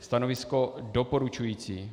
Stanovisko doporučující.